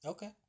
Okay